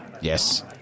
Yes